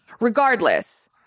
regardless